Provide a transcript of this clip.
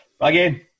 Again